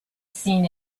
seen